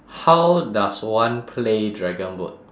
how does one play dragon boat